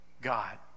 God